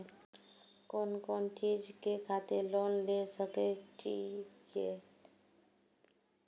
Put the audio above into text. कोन कोन चीज के खातिर लोन ले सके छिए?